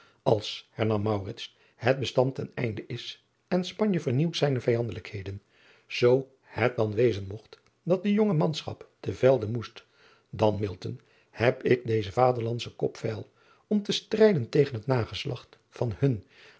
ls hernam het estand ten einde is en panje vernieuwt zijne vijandelijkheden zoo het dan wezen mogt dat de jonge anschap te velde moest dan heb ik dezen vaderlandschen kop veil om te strijden tegen het nageslacht van hun